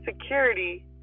security